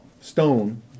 stone